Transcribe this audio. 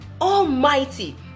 almighty